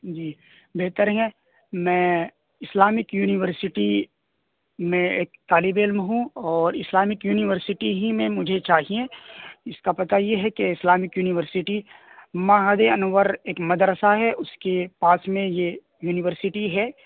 جی بہتر ہیں میں اسلامک یونیورسٹی میں ایک طالب علم ہوں اور اسلامک یونیورسٹی ہی میں مجھے چاہیے اس کا پتہ یہ ہے کہ اسلامک یونیورسٹی معہد انور ایک مدرسہ ہے اس کے پاس میں یہ یونیورسٹی ہے